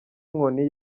inkoni